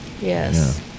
Yes